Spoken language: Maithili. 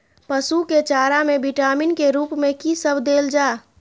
पशु के चारा में विटामिन के रूप में कि सब देल जा?